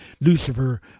Lucifer